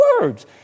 words